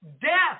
Death